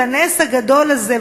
לנס הגדול הזה,